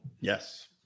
Yes